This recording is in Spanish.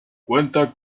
cuenta